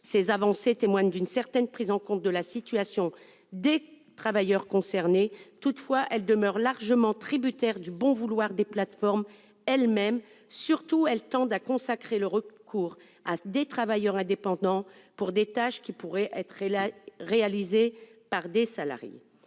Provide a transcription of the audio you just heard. Ces avancées témoignent d'une certaine prise en compte de la situation des travailleurs concernés. Toutefois, elles demeurent largement tributaires du bon vouloir des plateformes elles-mêmes. Surtout, elles tendent à consacrer le recours à des travailleurs indépendants pour des tâches qui pourraient être réalisées par des salariés.